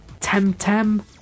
Temtem